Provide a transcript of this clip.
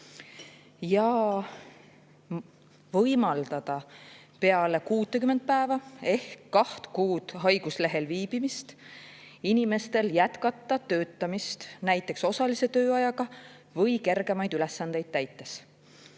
ja võimaldada peale 60 päeva ehk 2 kuud haiguslehel olemist inimestel jätkata töötamist näiteks osalise tööajaga või kergemaid ülesandeid täites.